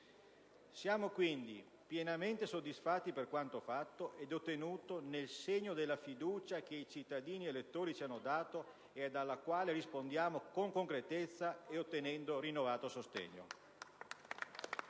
Siamo quindi pienamente soddisfatti per quanto fatto e ottenuto, nel segno della fiducia che i cittadini-elettori ci hanno dato ed alla quale rispondiamo con concretezza e ottenendo rinnovato sostegno.